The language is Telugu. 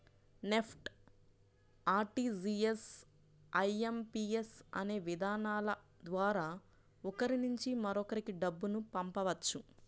నెఫ్ట్, ఆర్టీజీయస్, ఐ.ఎం.పి.యస్ అనే విధానాల ద్వారా ఒకరి నుంచి మరొకరికి డబ్బును పంపవచ్చు